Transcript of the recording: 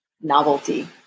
novelty